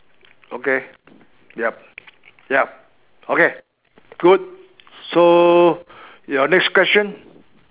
okay yup yup okay good so your next question